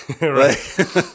right